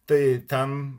tai ten